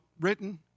written